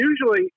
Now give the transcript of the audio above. usually